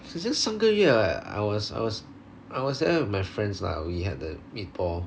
好像上个月 eh I was I was I was there with my friends lah we had the meatball